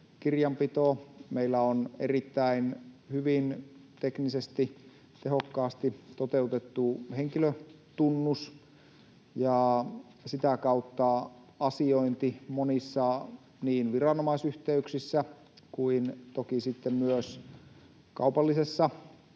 Meillä on erittäin hyvin teknisesti, tehokkaasti toteutettu henkilötunnus, ja sitä kautta asiointi niin monissa viranomaisyhteyksissä kuin toki sitten myös kaupallisessa tarkoituksessa